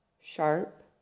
Sharp